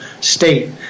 state